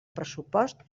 pressupost